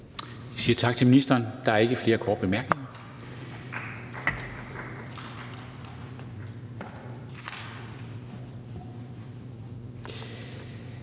Vi siger tak til ministeren. Der er ikke flere korte bemærkninger.